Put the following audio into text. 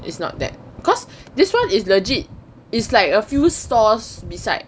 it's not that cause this one is legit is like a few stores beside